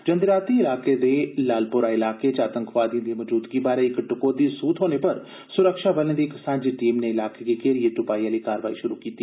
जंदी रातीं इलाके दे लालपोरा इलाके च आतंकवादिएं दी मजूदगी बारे इक टकोह्दी सृह थ्होने पर सुरक्षा बलें दी इक सांझी टीम नै इलाके गी घेरियै तुपाई आली कारवाई शुरू कीती